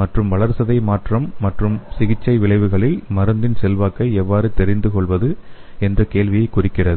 மற்றும் வளர்சிதை மாற்றம் மற்றும் சிகிச்சை விளைவுகளில் மருந்தின் செல்வாக்கை எவ்வாறு தெரிந்து கொள்வது என்ற கேள்வியைக் குறிக்கிறது